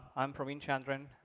i'm praveen chandran.